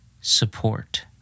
support